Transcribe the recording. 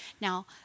Now